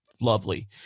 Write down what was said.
lovely